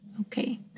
Okay